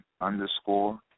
underscore